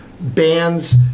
bands